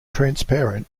transparent